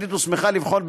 הבין-משרדית הוסמכה לבחון,